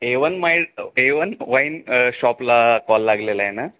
A one my A one wine शॉपला call लागलेला आहे ना